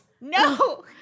No